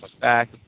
back